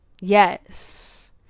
yes